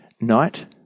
night